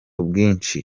bwinshi